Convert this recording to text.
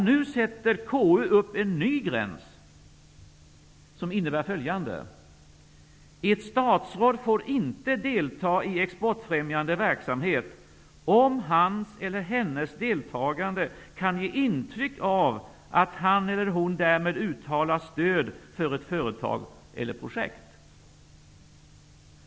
Nu sätter KU upp en ny gräns: Ett statsråd får inte delta i exportfrämjande verksamhet om hans eller hennes deltagande kan ge intryck av att han eller hon därmed uttalar stöd för ett företag eller projekt.